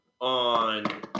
on